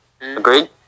Agreed